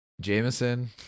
Jameson